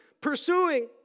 pursuing